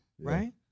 Right